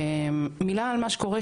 מילה על מה שקורה,